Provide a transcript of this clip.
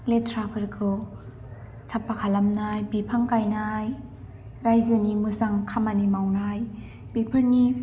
लेथ्राफोरखौ साफा खालामनाय बिफां गायनाय रायजोनि मोजां खामानि मावनाय बेफोरनि